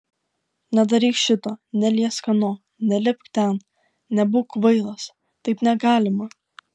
nedaryk šito neliesk ano nelipk ten nebūk kvailas taip negalima